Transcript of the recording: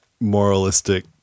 moralistic